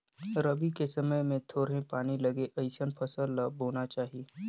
रबी के समय मे थोरहें पानी लगे अइसन फसल ल बोना चाही